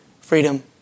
freedom